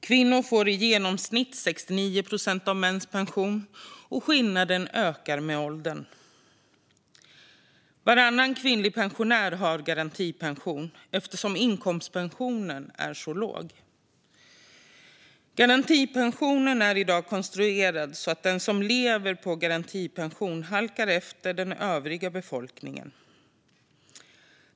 Kvinnor får i genomsnitt 69 procent av mäns pension, och skillnaden ökar med åldern. Varannan kvinnlig pensionär har garantipension eftersom inkomstpensionen är så låg. Garantipensionen är i dag konstruerad så att de som lever på garantipension halkar efter den övriga befolkningen.